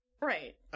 Right